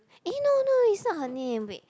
eh no no it's not her name wait